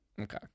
Okay